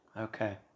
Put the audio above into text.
okay